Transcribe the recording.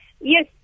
Yes